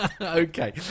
Okay